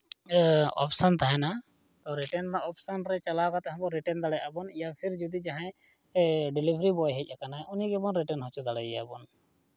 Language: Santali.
ᱚᱯᱥᱮᱱ ᱛᱟᱦᱮᱱᱟ ᱨᱤᱴᱟᱨᱱ ᱨᱮᱱᱟᱜ ᱚᱯᱥᱮᱱ ᱨᱮ ᱪᱟᱞᱟᱣ ᱠᱟᱛᱮᱫ ᱦᱚᱸᱵᱚᱱ ᱨᱤᱴᱟᱨᱱ ᱫᱟᱲᱮᱭᱟᱜᱼᱟ ᱵᱚᱱ ᱤᱭᱟ ᱯᱷᱤᱨ ᱡᱩᱫᱤ ᱡᱟᱦᱟᱸᱭ ᱰᱮᱞᱤᱵᱷᱟᱹᱨᱤ ᱵᱚᱭ ᱦᱮᱡ ᱠᱟᱱᱟᱭ ᱩᱱᱤ ᱜᱮᱵᱚᱱ ᱨᱤᱴᱟᱨᱱ ᱦᱚᱪᱚ ᱫᱟᱲᱮᱭᱟᱭᱟ ᱵᱚᱱ